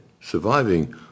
surviving